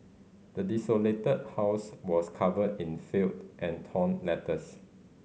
the desolated house was covered in filth and torn letters